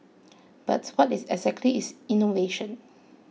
but what exactly is innovation